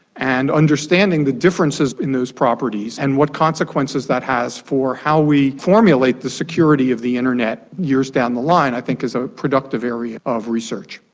and understanding the differences in those properties and what consequences that has for how we formulate the security of the internet years down the line i think is a productive area of research.